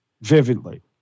vividly